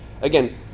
again